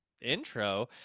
intro